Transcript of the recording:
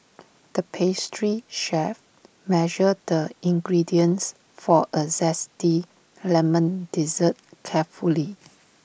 the pastry chef measured the ingredients for A Zesty Lemon Dessert carefully